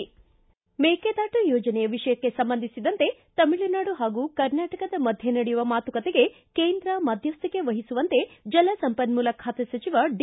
ಮೇಕೆದಾಟು ಯೋಜನೆಯ ವಿಷಯಕ್ಕೆ ಸಂಬಂಧಿಸಿದಂತೆ ತಮಿಳುನಾಡು ಹಾಗೂ ಕರ್ನಾಟಕದ ಮಧ್ಯೇ ನಡೆಯುವ ಮಾತುಕತೆಗೆ ಕೇಂದ್ರ ಮಧ್ಯಸ್ವಿಕೆ ವಹಿಸುವಂತೆ ಜಲ ಸಂಪನ್ನೂಲ ಖಾತೆ ಸಚಿವ ಡಿ